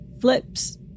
flips